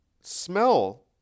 smell